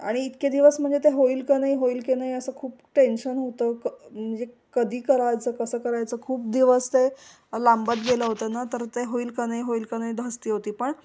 आणि इतके दिवस म्हणजे ते होईल का नाही होईल की नाही असं खूप टेन्शन होतं क म्हणजे कधी करायचं कसं करायचं खूप दिवस ते लांबात गेलं होतं ना तर ते होईल का नाही होईल का नाही धास्ती होती पण